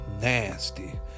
nasty